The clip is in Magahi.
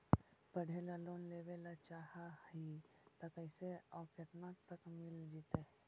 पढ़े ल लोन लेबे ल चाह ही त कैसे औ केतना तक मिल जितै?